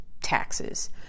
taxes